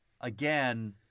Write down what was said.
again